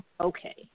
Okay